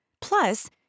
Plus